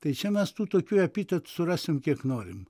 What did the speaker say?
tai čia mes tų tokių epitetų surasim kiek norim